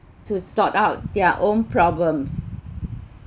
to sort out their own problems